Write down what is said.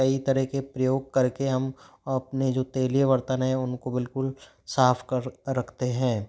कई तरह के प्रयोग कर के हम अपने जो तेलीय बर्तन है उनको बिल्कुल साफ कर रखते हैं